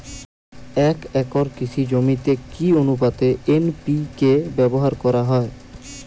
এক একর কৃষি জমিতে কি আনুপাতে এন.পি.কে ব্যবহার করা হয়?